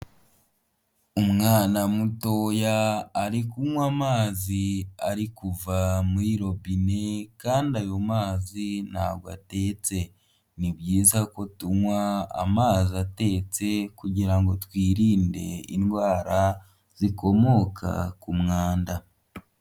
Umwana mutoya ari kunywa amazi ari kuva muri robine kandi ayo mazi ntabwo atetse, ni byiza ko tunywa amazi atetse kugirango twirinde indwara zikomoka ku mwanda.